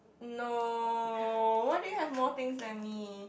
no why do you have more things than me